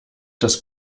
das